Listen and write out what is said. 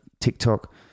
TikTok